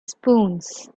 spoons